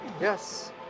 Yes